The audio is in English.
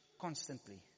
constantly